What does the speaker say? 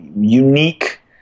unique